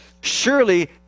Surely